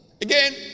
Again